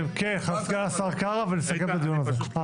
סגן השר קארה ונסכם את הדיון הזה.